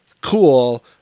cool